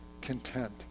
content